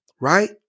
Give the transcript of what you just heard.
right